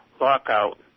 lockout